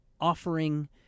offering